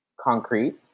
concrete